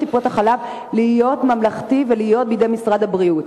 טיפות-החלב להיות ממלכתי ולהיות בידי משרד הבריאות.